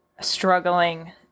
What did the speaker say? struggling